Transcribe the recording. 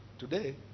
Today